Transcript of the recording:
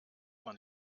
man